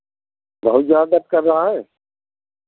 बहुत ज़्यादा दर्द कर रहा है